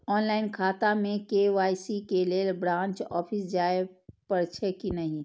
Online खाता में KYC के लेल ब्रांच ऑफिस जाय परेछै कि नहिं?